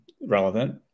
relevant